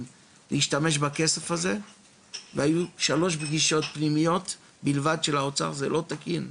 להשתמש בכסף הזה והיו שלוש פגישות פנימיות בלבד של האוצר זה לא תקין,